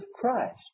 Christ